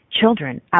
Children